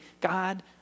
God